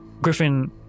Griffin